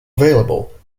available